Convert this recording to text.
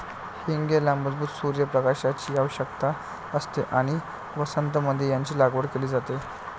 हींगेला मजबूत सूर्य प्रकाशाची आवश्यकता असते आणि वसंत मध्ये याची लागवड केली जाते